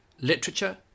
literature